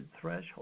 threshold